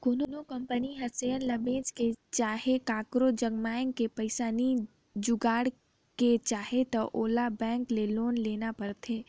कोनो कंपनी हर सेयर ल बेंच के चहे काकरो जग मांएग के पइसा नी जुगाड़ के चाहे त ओला बेंक ले लोन लेना परथें